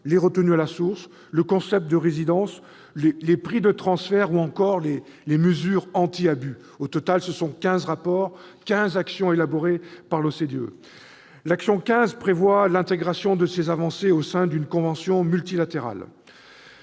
les retenues à la source, le concept de résidence, les prix de transfert ou encore les mesures anti-abus. Au final, ce sont quinze rapports, quinze actions élaborées par l'OCDE. L'action 15 prévoit l'intégration de ces avancées au sein d'une convention multilatérale.